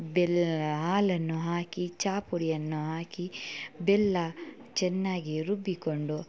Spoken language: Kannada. ಬೆಲ್ಲ ಹಾಲನ್ನು ಹಾಕಿ ಚಹಪುಡಿಯನ್ನು ಹಾಕಿ ಬೆಲ್ಲ ಚೆನ್ನಾಗಿ ರುಬ್ಬಿಕೊಂಡು